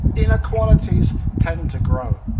inequalities tend to grow,